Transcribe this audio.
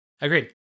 Agreed